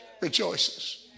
rejoices